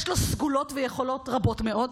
יש לו סגולות ויכולות רבות מאוד,